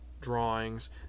drawings